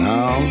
Now